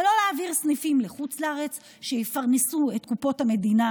ולא להעביר סניפים לחוץ לארץ שיפרנסו את קופות המדינה